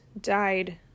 died